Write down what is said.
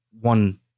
one